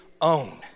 own